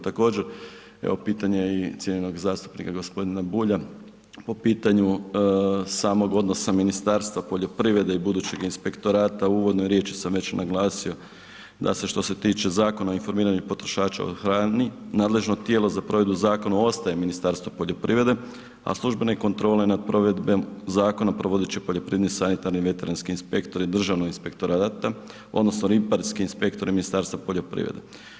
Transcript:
Također, evo pitanje cijenjenog zastupnika, g. Bulja, po pitanju samog odnosa Ministarstva poljoprivrede i budućeg inspektorata, u uvodnoj riječi sam već naglasio da se što se tiče Zakona o informiranju potrošača o hrani nadležno tijelo za provedbu zakona ostaje Ministarstvo poljoprivrede, a službene kontrole nad provedbom zakona provodit će poljoprivredni, sanitarni, veterinarski inspektori Državnog inspektorata, odnosno ribarski inspektori Ministarstva poljoprivrede.